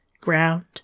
ground